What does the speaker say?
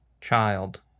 child